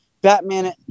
Batman